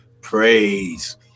praise